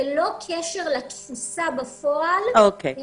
ללא קשר לתפוסה בפועל, הם